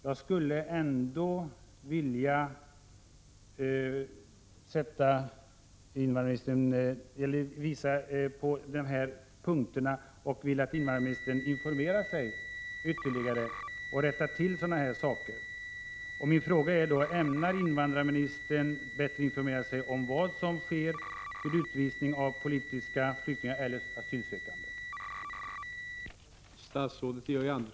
Jag skulle ändå vilja påvisa dessa ting för invandrarministern, och jag hoppas att han informerar sig ytterligare och rättar till sådana här saker.